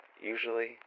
usually